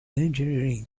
engineering